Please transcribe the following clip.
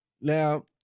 now